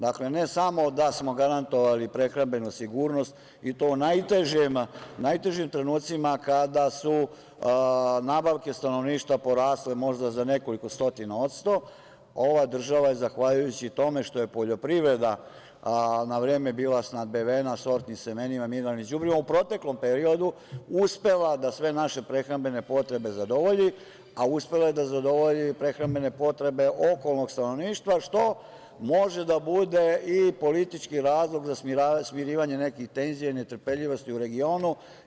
Dakle, ne samo da smo garantovali prehrambenu sigurnost i u to u najtežim trenucima kada su nabavke stanovništva porasle možda za nekoliko stotina odsto, ova država je zahvaljujući tome što je poljoprivreda na vreme bila snabdevena sortnim semenima, mineralnim đubrivom, u proteklom periodu uspela da sve naše prehrambene potrebe zadovolji, a uspela je da zadovolji i prehrambene potrebe okolnog stanovništva, što može da bude i politički razlog za smirivanje nekih tenzija i netrpeljivosti u regionu.